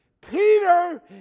Peter